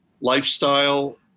lifestyle